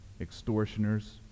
extortioners